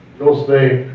real estate,